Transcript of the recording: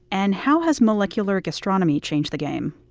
and how has molecular gastronomy changed the game?